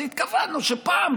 התכוונו שפעם,